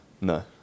No